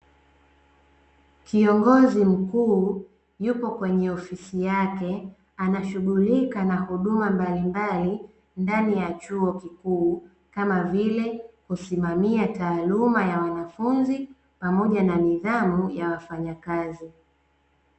Kiongozi mkuu yupo kwenye ofisi yake anashughulika na huduma mbalimbali ndani ya chuo kikuu kama vile, kusimamia taaluma ya wanafunzi pamoja na nidhamu ya wafanyakazi.